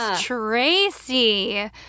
Tracy